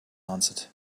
answered